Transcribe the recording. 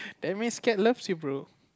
that means cat loves you bro